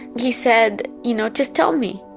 he said, you know just tell me,